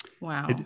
Wow